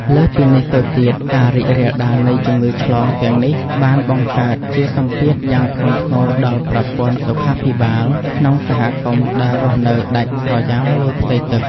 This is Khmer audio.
លើសពីនេះទៅទៀត ការរីករាលដាលនៃជំងឺឆ្លងទាំងនេះបានបង្កើតជាសម្ពាធយ៉ាងធ្ងន់ធ្ងរដល់ប្រព័ន្ធសុខាភិបាលក្នុងសហគមន៍ដែលរស់នៅដាច់ស្រយាលលើផ្ទៃទឹក។